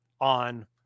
on